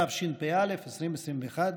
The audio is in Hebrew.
התשפ"א 2021,